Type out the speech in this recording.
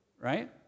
right